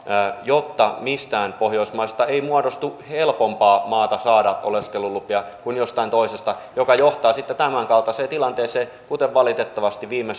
jotta mistään pohjoismaasta ei muodostu helpompaa maata saada oleskelulupia kuin jostain toisesta mikä johtaa sitten tämänkaltaiseen tilanteeseen kuin mikä valitettavasti viime